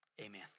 Amen